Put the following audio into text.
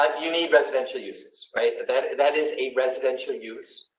um you need residential uses right? that that is a residential use.